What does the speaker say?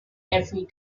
every